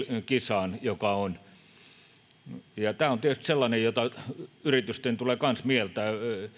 kisaan joka on tämä on tietysti sellainen joka yritysten tulee kanssa mieltää